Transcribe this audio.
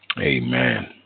amen